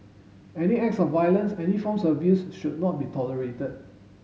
any acts of violence any forms of abuse should not be tolerated